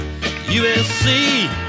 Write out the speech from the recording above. USC